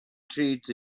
treat